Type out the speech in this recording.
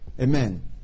Amen